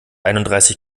einunddreißig